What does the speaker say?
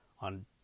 on